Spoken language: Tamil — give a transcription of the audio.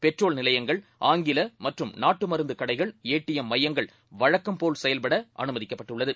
பெட்ரோல்நிலையங்கள் ஆங்கிலமற்றும்நாட்டுமருந்துக்கடைகள் ஏடிஎம்மையங்கள்வழக்கம்போல்செயல்படஅனுமதிக்கப்ப ட்டுள்ளது